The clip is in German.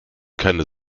keine